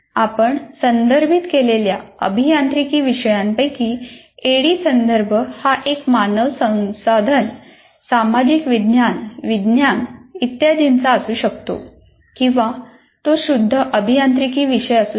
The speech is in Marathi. आपण संदर्भित केलेल्या अभियांत्रिकी विषयांपैकी ऍडी संदर्भ हा एक मानव संसाधन सामाजिक विज्ञान विज्ञान इत्यादींचा असू शकतो किंवा तो शुद्ध अभियांत्रिकी विषय असू शकतो